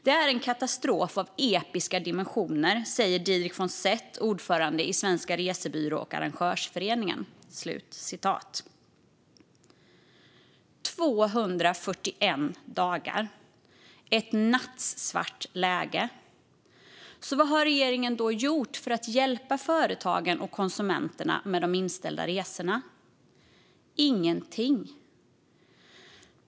Didrik von Seth, ordförande i Svenska resebyrå och arrangörsföreningen säger att "det är en katastrof av episka dimensioner". Det har gått 241 dagar, och läget är nattsvart. Vad har regeringen då gjort för att hjälpa företagen och konsumenterna med de inställda resorna? Ingenting.